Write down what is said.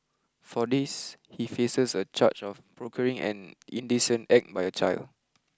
for this he faces a charge of procuring an indecent act by a child